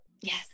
Yes